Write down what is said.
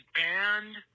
banned